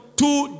two